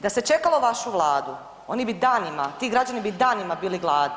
Da se čekalo vašu Vladu oni bi danima, ti građani bi danima bili gladni.